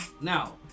now